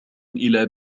إلى